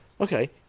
Okay